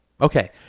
Okay